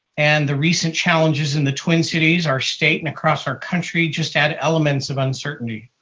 and the recent challenges in the twin cities, our state and across our country just add elements of uncertainty.